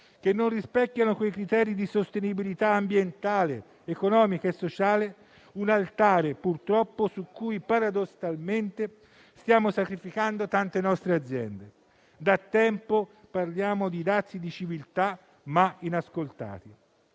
che non rispecchino i criteri di sostenibilità ambientale, economica e sociale: un altare, purtroppo, su cui paradossalmente stiamo sacrificando tante nostre aziende. Da tempo parliamo di dazi di civiltà, ma inascoltati.